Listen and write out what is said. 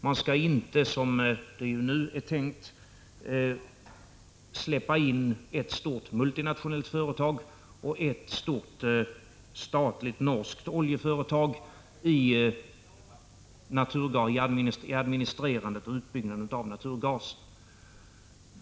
Man skall inte, som det nu är tänkt, släppa in ett stort multinationellt företag och ett stort statligt norskt oljeföretag i administrerande och utbyggnad av naturgasdistributionen.